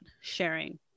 sharing